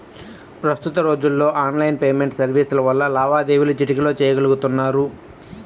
ప్రస్తుత రోజుల్లో online payment సర్వీసుల వల్ల లావాదేవీలు చిటికెలో చెయ్యగలుతున్నారు